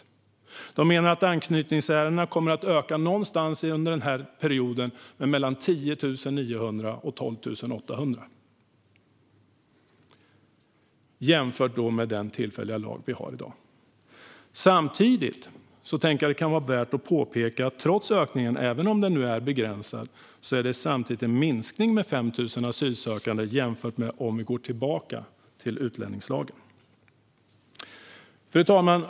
Migrationsverket menar att anknytningsärendena under perioden kommer att öka med någonstans mellan 10 900 och 12 800 jämfört med den tillfälliga lag vi har i dag. Det kan vara värt att påpeka att detta trots ökningen, även om den är begränsad, samtidigt är en minskning med 5 000 asylsökande jämfört med om vi går tillbaka till utlänningslagen. Fru talman!